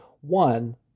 One